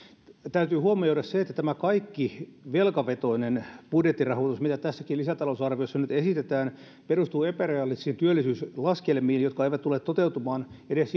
täytyy huomioida se että tämä kaikki velkavetoinen budjettirahoitus mitä tässäkin lisätalousarviossa nyt esitetään perustuu epärealistisiin työllisyyslaskelmiin jotka eivät tule toteutumaan edes